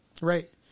Right